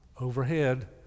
overhead